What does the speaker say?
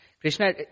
Krishna